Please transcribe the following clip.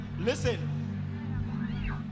Listen